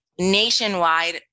nationwide